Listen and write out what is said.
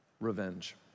revenge